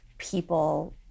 people